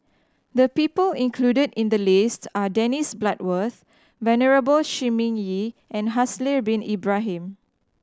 the people included in the list are Dennis Bloodworth Venerable Shi Ming Yi and Haslir Bin Ibrahim